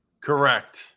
Correct